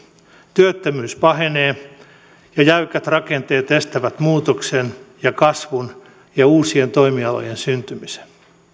työttömyys pahenee ja jäykät rakenteet estävät muutoksen ja kasvun ja uusien toimialojen syntymisen